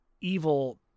evil